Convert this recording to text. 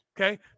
Okay